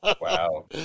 Wow